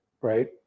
right